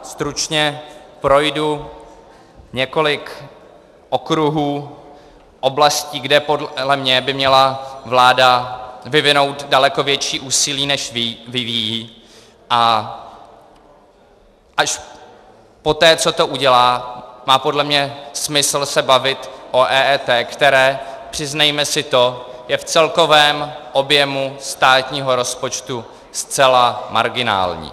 Stručně teď projdu několik okruhů, oblastí, kde podle mě by vláda měla vyvinout daleko větší úsilí, než vyvíjí, a až poté, co to udělá, má podle mě smysl se bavit o EET, které, přiznejme si to, je v celkovém objemu státního rozpočtu zcela marginální.